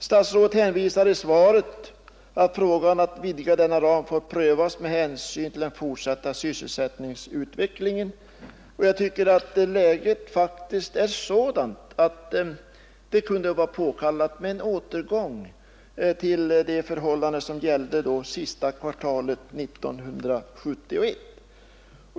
Statsrådet säger i svaret att frågan om att vidga denna ram får prövas med hänsyn till den fortsatta sysselsättningsutvecklingen. Jag tycker att läget faktiskt nu är sådant att det kunde vara påkallat med en återgång till de förhållanden som gällde sista kvartalet 1971.